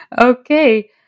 Okay